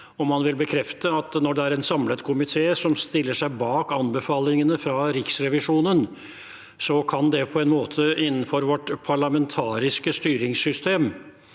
Vil han bekrefte at når det er en samlet komité som stiller seg bak anbefalingene fra Riksrevisjonen, kan – og bør – det innenfor vårt parlamentariske styringssystem